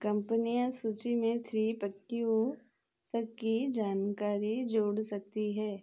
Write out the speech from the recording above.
कम्पनियाँ सूची में थ्री पंक्तियों तक की जानकारी जोड़ सकती हैं